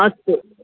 अस्तु